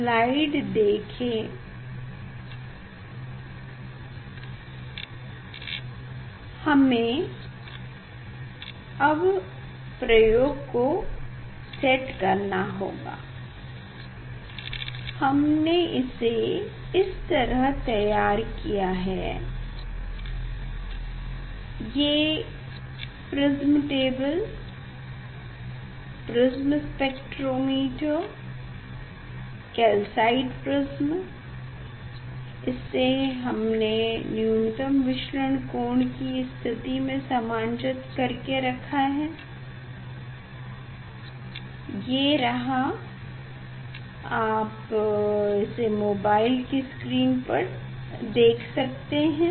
हमें अब प्रयोग को सेट करना होगा हमने इसे इस तरह तैयार किया है ये प्रिस्म टेबल और प्रिस्म स्पेक्टरोमीटर हैं ये कैल्साइट प्रिस्म इससे हमने न्यूनतम विचलन कोण की स्थिति में समांजित कर के रखा है ये रहा आप इसे मोबाइल की स्क्रीन पर देख सकते हैं